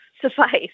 suffice